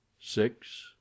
six